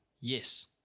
Yes